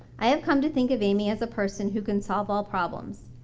i have come to think of amy as a person who can solve all problems.